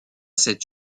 cette